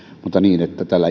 mutta niin